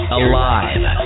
alive